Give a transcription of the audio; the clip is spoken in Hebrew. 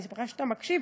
אני שמחה שאתה מקשיב,